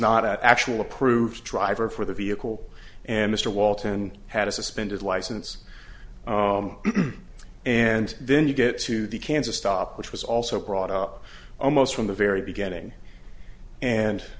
not actual approved driver for the vehicle and mr walton had a suspended license and then you get to the kansas stop which was also brought up almost from the very beginning and